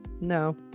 no